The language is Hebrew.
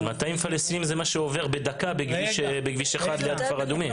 אבל 200 פלסטינים זה מה שעובר בדקה בכביש 1 ליד כפר אדומים.